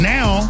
Now